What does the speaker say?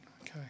Okay